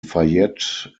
fayette